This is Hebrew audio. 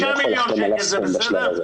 חמישה מיליון שקל זה בסדר?